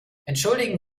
entschuldigen